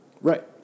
Right